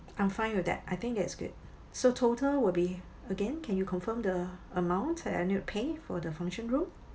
I'm fine with that I think that is good so total will be again can you confirm the amount that I need to pay for the function room